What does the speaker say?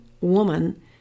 woman